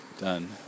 done